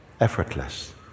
Effortless